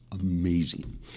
amazing